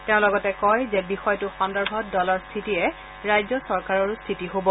তেওঁ লগতে কয় যে বিষয়টো সন্দৰ্ভত দলৰ স্থিতিয়ে ৰাজ্য চৰকাৰৰো স্থিতি হব